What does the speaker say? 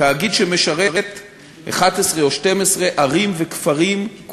תאגיד שמשרת 11 או 12 ערים וכפרים,